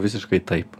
visiškai taip